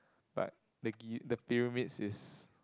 but the gi~ the pyramid is